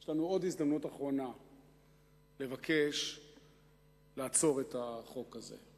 יש לנו עוד הזדמנות אחרונה לבקש לעצור את החוק הזה.